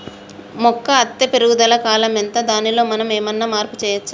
మొక్క అత్తే పెరుగుదల కాలం ఎంత దానిలో మనం ఏమన్నా మార్పు చేయచ్చా?